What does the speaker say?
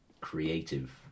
creative